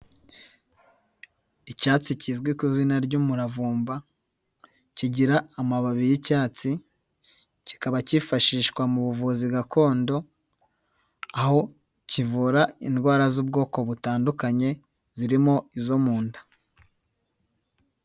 Icyatsi kizwi ku izina ry'umuravumba, kigira amababi y'icyatsi, kikaba kifashishwa mu buvuzi gakondo, aho kivura indwara z'ubwoko butandukanye zirimo izo mu nda.